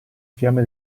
fiamme